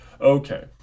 Okay